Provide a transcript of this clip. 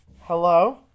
Hello